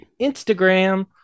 Instagram